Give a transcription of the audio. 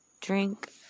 drink